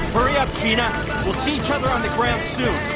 hurry up tina we'll see each other on the ground soon